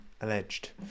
alleged